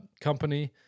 company